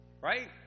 right